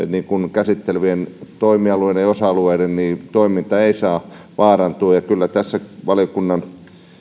käsittelevien toimialueiden ja osa alueiden toiminta ei saa vaarantua kyllä tässä valiokunnan